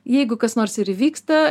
jeigu kas nors ir įvyksta